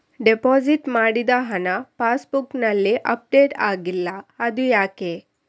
Deposit ಮಾಡಿದ ಹಣ ಪಾಸ್ ಬುಕ್ನಲ್ಲಿ ಅಪ್ಡೇಟ್ ಆಗಿಲ್ಲ ಅದು ಯಾಕೆ?